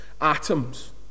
atoms